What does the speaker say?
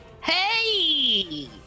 Hey